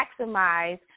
maximize